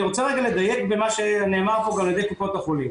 אני רוצה לדייק במה שנאמר כאן על ידי קופות החולים.